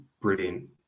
brilliant